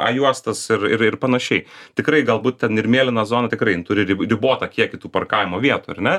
a juostas ir ir ir panašiai tikrai galbūt ten ir mėlyna zona tikrai jin turi ribotą kiekį tų parkavimo vietų ar ne